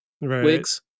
wigs